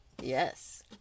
yes